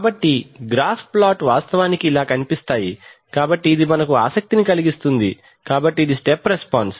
కాబట్టి graph plot వాస్తవానికి ఇలా కనిపిస్తాయి కాబట్టి ఇది మనకు ఆసక్తిని కలిగిస్తుంది కాబట్టి ఇది స్టెప్ రెస్పాన్స్